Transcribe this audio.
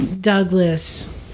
Douglas